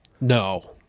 No